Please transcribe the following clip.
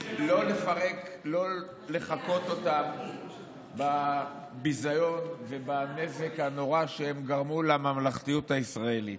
לא לחקות אותם בביזיון ובנזק הנורא שהם גרמו לממלכתיות הישראלית.